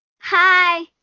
hi